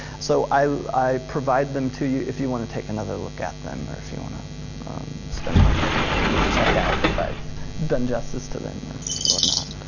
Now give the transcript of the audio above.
so i provide them to you if you want to take another look at them or if you wanna spend more time at the checkout if i've done justice to them or not.